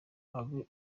abe